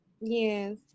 Yes